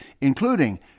including